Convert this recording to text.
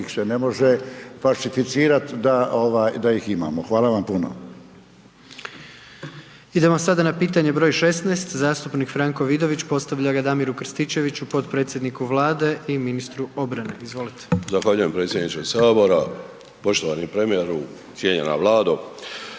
njih se ne može falsificirati da ih imamo. Hvala vam puno. **Jandroković, Gordan (HDZ)** Idemo sada na pitanje broj 16 zastupnik Franko Vidović postavlja ga Damiru Krstičeviću, potpredsjedniku Vlade i ministru obrane. Izvolite. **Vidović, Franko (SDP)** Zahvaljujem predsjedniče Sabora. Poštovani premijeru, cijenjena Vlado.